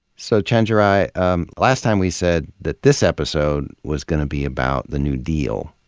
so, chenjerai, last time we said that this episode was gonna be about the new deal,